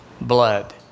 blood